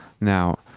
now